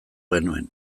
genuen